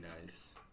nice